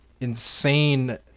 insane